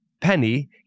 Penny